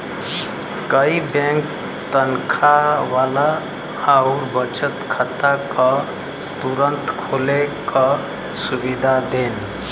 कई बैंक तनखा वाला आउर बचत खाता क तुरंत खोले क सुविधा देन